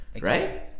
right